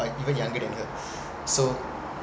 even younger than her so